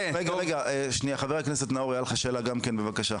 רגע, חבר הכנסת נאור, הייתה לך גם שאלה, בבקשה.